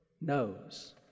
knows